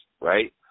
right